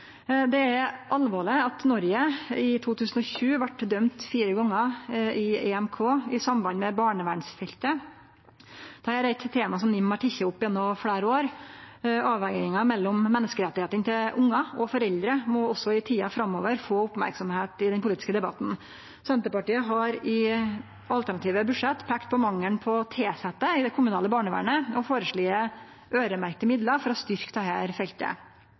Det er alvorleg at Noreg i 2020 vart dømt fire gonger i EMK i samband med barnevernsfeltet. Dette er eit tema som NIM har teke opp gjennom fleire år. Avvegingar mellom menneskerettane til barn og foreldre må også i tida framover få merksemd i den politiske debatten. Senterpartiet har i alternative budsjett peikt på mangelen på tilsette i det kommunale barnevernet og føreslege øyremerkte midlar for å styrkje dette feltet.